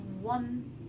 one